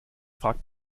fragt